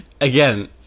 again